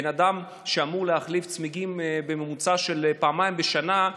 בן אדם שאמור להחליף צמיגים בממוצע פעמיים בשנה,